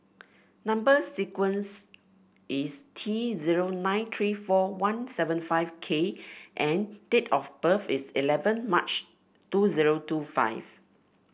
number sequence is T zero nine three four one seven five K and date of birth is eleven March two zero two five